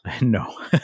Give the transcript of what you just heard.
no